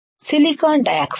silicon dioxide